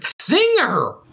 singer